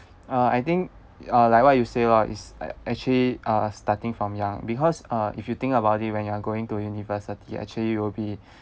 uh I think uh like what you say lor is like actually uh starting from young because uh if you think about it when you are going to university actually you will be